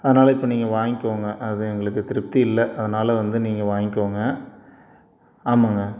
அதனால் இப்போ நீங்கள் வாங்கிக்கோங்க அது எங்களுக்கு திருப்தி இல்லை அதனால் வந்து நீங்கள் வாங்கிக்கோங்க ஆமாங்க